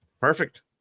Perfect